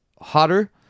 hotter